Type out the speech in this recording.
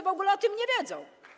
w ogóle o tym nie wiedzą.